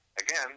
Again